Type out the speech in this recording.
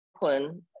Brooklyn